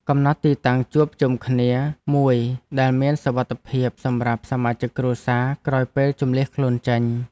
កំណត់ទីតាំងជួបជុំគ្នាមួយដែលមានសុវត្ថិភាពសម្រាប់សមាជិកគ្រួសារក្រោយពេលជម្លៀសខ្លួនចេញ។